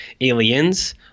Aliens